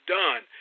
done